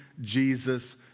Jesus